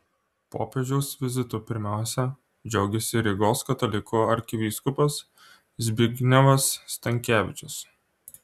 popiežiaus vizitu pirmiausia džiaugėsi rygos katalikų arkivyskupas zbignevas stankevičius